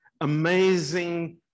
amazing